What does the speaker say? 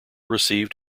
received